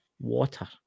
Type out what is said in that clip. Water